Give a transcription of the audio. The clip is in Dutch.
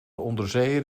onderzeeër